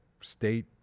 state